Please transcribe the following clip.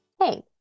Hey